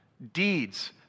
Deeds